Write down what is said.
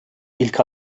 ilk